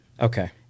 Okay